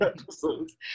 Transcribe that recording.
episodes